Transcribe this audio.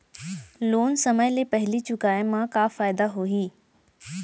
Loan समय ले पहिली चुकाए मा का फायदा होही?